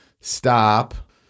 stop